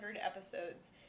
episodes